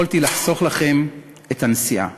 יכולתי לחסוך לכם את הנסיעה.